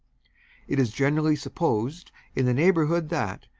it is generally supposed in the neighbourhood that,